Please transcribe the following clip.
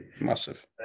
massive